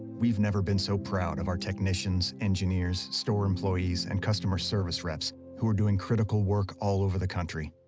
we've never been so proud of our technicians, engineers, store employees, and customer service reps who are doing critical work all over the country.